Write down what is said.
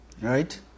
right